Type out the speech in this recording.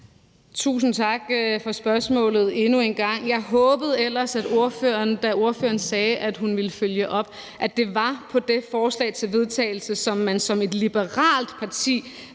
Tusind tak for spørgsmålet endnu en gang. Jeg håbede ellers, da ordføreren sagde, at hun ville følge op, at det så var på det forslag til vedtagelse, som man som et liberalt parti